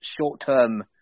short-term